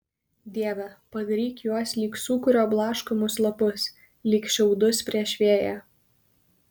dieve padaryk juos lyg sūkurio blaškomus lapus lyg šiaudus prieš vėją